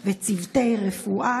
לצוותי רפואה,